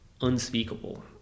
unspeakable